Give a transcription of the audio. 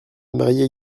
marier